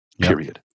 Period